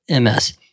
MS